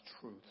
truth